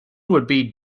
would